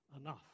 enough